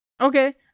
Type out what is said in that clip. Okay